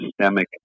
systemic